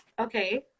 okay